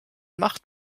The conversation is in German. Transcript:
macht